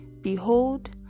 Behold